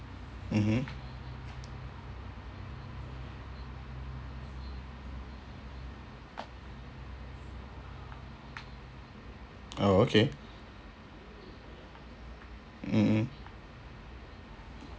mmhmm oh okay mmhmm